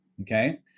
okay